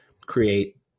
create